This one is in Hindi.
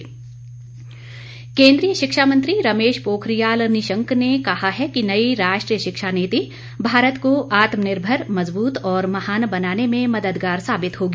शिक्षा नीति केंद्रीय शिक्षा मंत्री रमेश पोखरियाल निशंक ने कहा है कि नई राष्ट्रीय शिक्षा नीति भारत को आत्मनिर्भर मजबूत और महान बनाने में मददगार साबित होगी